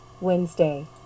wednesday